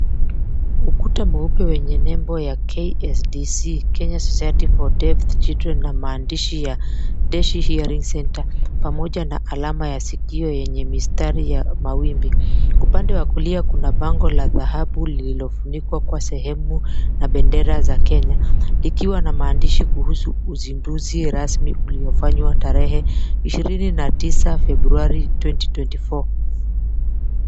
Ukuta mweupe wenye nembo ya KSDC Kenya Society for Deaf Children na maandishi ya Deshi Hearing Center, pamoja na blama ya sikio yenye mistari ya mawimbi. Upande kuna bango la dhahabu lililofunikwa kwa sehemu na bendera za kenya ikiwa na maandishi ya uzinduzi rasmi uliofanywa tarehe 29 February 2024.